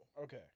Okay